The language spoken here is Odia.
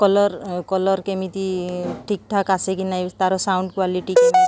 କଲର୍ କଲର୍ କେମିତି ଠିକ୍ ଠାକ୍ ଆସେ କିି ନହିଁ ତାର ସାଉଣ୍ଡ କ୍ଵାଲିଟି